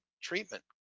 treatment